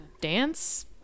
dance